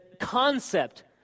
concept